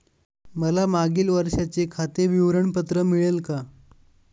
मला मागील वर्षाचे खाते विवरण पत्र मिळेल का?